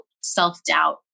self-doubt